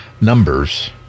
numbers